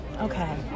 Okay